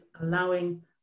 allowing